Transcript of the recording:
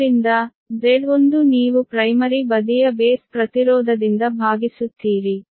ಆದ್ದರಿಂದ Z1 ನೀವು primary ಬದಿಯ ಬೇಸ್ ಪ್ರತಿರೋಧದಿಂದ ಭಾಗಿಸುತ್ತೀರಿ